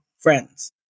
friends